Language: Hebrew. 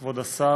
תודה, כבוד השר,